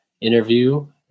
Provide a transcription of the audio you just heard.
interview